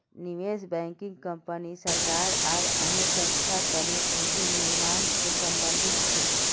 निवेश banking company सरकार आर अन्य संस्थार तने पूंजी निर्माण से संबंधित छे